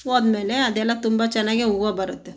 ಹೋದ್ಮೇಲೆ ಅದೆಲ್ಲ ತುಂಬ ಚೆನ್ನಾಗೆ ಹೂವು ಬರುತ್ತೆ